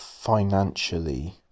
financially